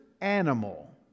animal